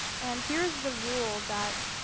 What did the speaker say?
and here is the rule that